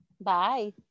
Bye